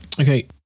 Okay